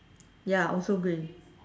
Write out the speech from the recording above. ya also grey